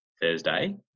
Thursday